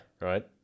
Right